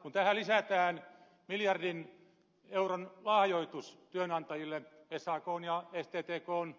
kun tähän lisätään miljardin euron lahjoitus työnantajille sakn ja sttkn